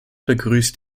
begrüßt